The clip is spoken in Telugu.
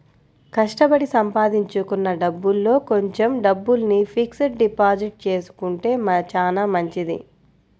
కష్టపడి సంపాదించుకున్న డబ్బుల్లో కొంచెం డబ్బుల్ని ఫిక్స్డ్ డిపాజిట్ చేసుకుంటే చానా మంచిది